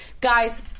Guys